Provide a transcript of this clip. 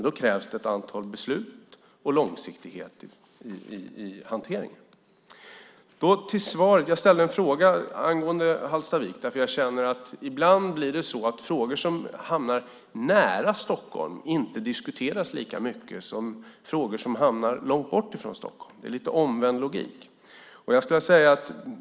Då krävs ett antal beslut och långsiktighet i hanteringen. Jag ställde en fråga om Hallstavik eftersom jag känner att det ibland blir så att frågor som hamnar nära Stockholm inte diskuteras lika mycket som frågor som hamnar långt bort från Stockholm. Det är lite omvänd logik.